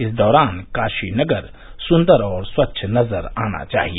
इस दौरान काशी नगर सुन्दर और स्वच्छ नज़र आना चाहिए